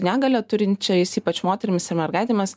negalią turinčiais ypač moterims ir mergaitėmis